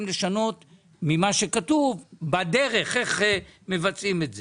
לשנות ממה שכתוב בדרך איך מבצעים את זה,